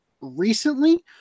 recently